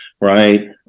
right